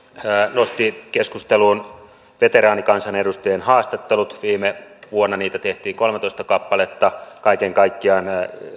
nosti keskusteluun veteraanikansanedustajien haastattelut viime vuonna niitä tehtiin kolmetoista kappaletta kaiken kaikkiaan